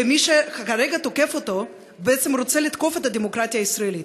ומי שכרגע תוקף אותו בעצם רוצה לתקוף את הדמוקרטיה הישראלית.